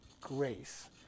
grace